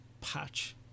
patch